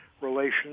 relations